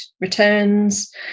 returns